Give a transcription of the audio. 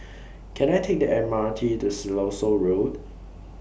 Can I Take The M R T to Siloso Road